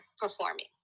performing